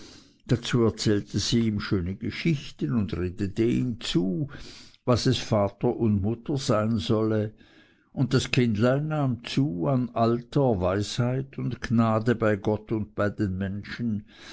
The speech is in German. dazu erzählte sie ihm schöne geschichten und redete ihm zu was es vater und mutter sein solle und das kindlein nahm zu an alter weisheit und gnade bei gott und bei den menschen